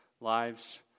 lives